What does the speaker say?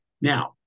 Now